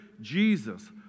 Jesus